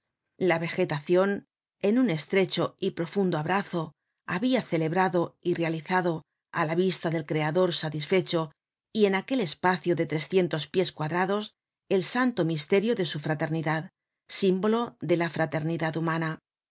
la vegetacion en un estrecho y profundo abrazo habia celebrado y realizado á la vista del creador satisfecho y en aquel espacio de trescientos pies cuadrados el santo misterio de su fraternidad símbolo de la fraternidad humana